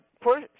poor